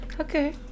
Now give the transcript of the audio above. Okay